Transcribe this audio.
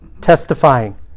testifying